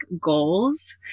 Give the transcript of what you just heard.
goals